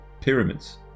pyramids